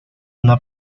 una